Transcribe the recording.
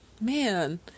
man